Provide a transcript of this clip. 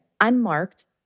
unmarked